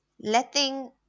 letting